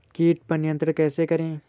कीट पर नियंत्रण कैसे करें?